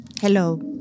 Hello